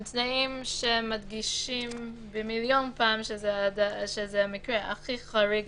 הם תנאים שמדגישים מיליון פעם שזה מקרה הכי חריג,